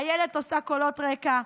אילת עושה קולות רקע,